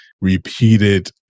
repeated